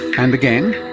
and again,